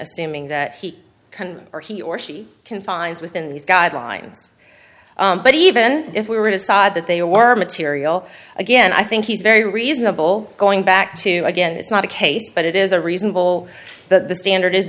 assuming that he can or he or she can finds within these guidelines but even if we were decide that they were material again i think he's very reasonable going back to again it's not a case but it is a reasonable the standard is